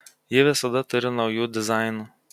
ji visada turi naujų dizainų